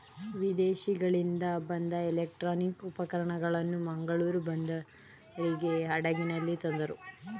ವಿದೇಶಗಳಿಂದ ಬಂದ ಎಲೆಕ್ಟ್ರಾನಿಕ್ ಉಪಕರಣಗಳನ್ನು ಮಂಗಳೂರು ಬಂದರಿಗೆ ಹಡಗಿನಲ್ಲಿ ತಂದರು